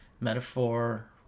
Metaphor